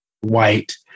white